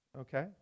Okay